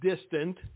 distant